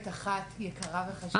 קורה מצב שאישה אומרת,